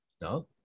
No